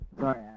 Sorry